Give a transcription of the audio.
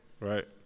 Right